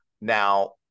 Now